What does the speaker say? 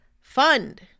fund